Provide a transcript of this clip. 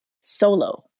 solo